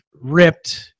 ripped